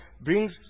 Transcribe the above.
brings